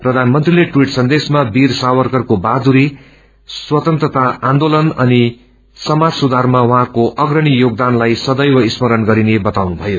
प्रबानमंत्रीले tweet संदेशमा वीर सावरकरको बझदुरी स्वतन्त्रता आन्चेलन अनि समाज सुधारमा उहाँको अग्रणी योगदानलाई सदैव स्मरण गरिने बताउनुभयो